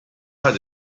hat